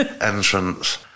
entrance